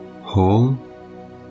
whole